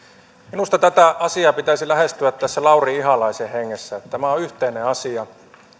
minusta tätä asiaa pitäisi lähestyä tässä lauri ihalaisen hengessä että tämä on yhteinen asia